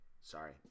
sorry